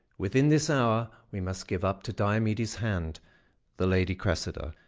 within this hour, we must give up to diomedes' hand the lady cressida.